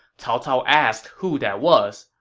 cao cao asked who that was,